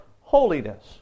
holiness